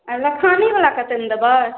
आओर लखानीवला कत्तेमे देबै